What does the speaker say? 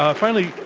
um finally,